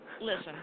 listen